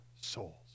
souls